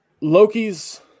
Loki's